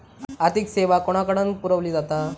आर्थिक सेवा कोणाकडन पुरविली जाता?